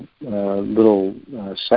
little